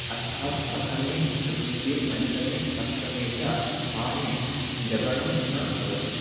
अर्थात् प्रथमे तृतीये पञ्चमे सप्तमे च स्थाने जगणो न भवति